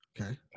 Okay